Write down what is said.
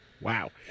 Wow